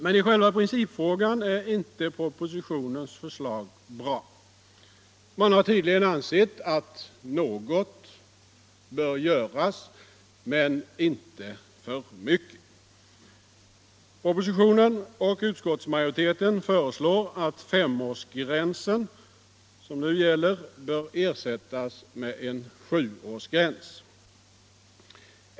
Men i själva principfrågan är inte propositionens förslag bra. Man har tydligen ansett att något bör göras men inte för mycket. Propositionen och utskottsmajoriteten föreslår att den gällande femårsgränsen bör ersättas med en sjuårsgräns.